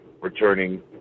returning